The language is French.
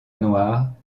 noirs